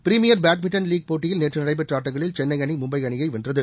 premier badminton league போட்டியில் நேற்று நடைபெற்ற ஆட்டங்களில் சென்னை அணி மும்பை அணியை வென்றது